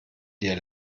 dir